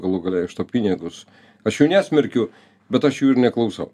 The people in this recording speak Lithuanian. galų gale iš to pinigus aš jų nesmerkiu bet aš jų ir neklausau